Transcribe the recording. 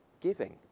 Giving